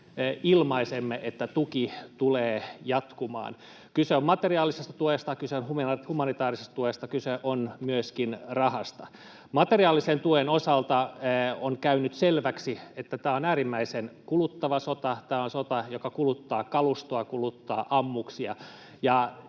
ilmaisemme, että tuki tulee jatkumaan. Kyse on materiaalisesta tuesta, kyse on humanitäärisestä tuesta, kyse on myöskin rahasta. Materiaalisen tuen osalta on käynyt selväksi, että tämä on äärimmäisen kuluttava sota — tämä on sota, joka kuluttaa kalustoa ja kuluttaa ammuksia